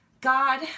God